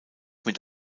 mit